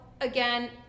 again